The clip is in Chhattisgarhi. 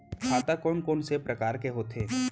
खाता कोन कोन से परकार के होथे?